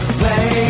play